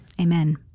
Amen